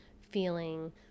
feeling